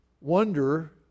wonder